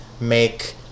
make